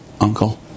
uncle